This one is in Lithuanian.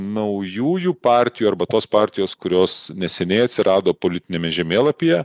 naujųjų partijų arba tos partijos kurios neseniai atsirado politiniame žemėlapyje